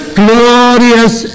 glorious